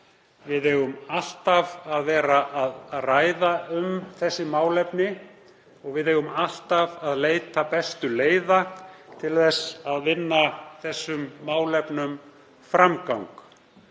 Við eigum alltaf að vera að ræða um þessi málefni. Við eigum alltaf að leita bestu leiða til þess að vinna þessum málefnum framgang.